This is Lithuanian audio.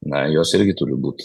na jos irgi turi būt